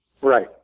Right